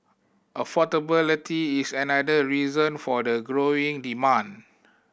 affordability is another reason for the growing demand